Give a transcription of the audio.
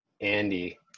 Andy